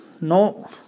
no